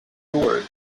doers